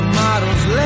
models